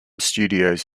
studios